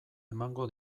emango